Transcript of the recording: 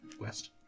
West